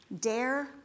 Dare